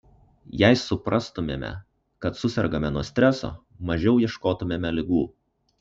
jei suprastumėme kad susergame nuo streso mažiau ieškotumėme ligų